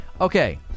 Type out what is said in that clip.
Okay